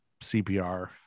cpr